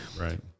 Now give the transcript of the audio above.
right